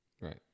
Right